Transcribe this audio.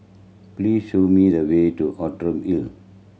please show me the way to Outram Hill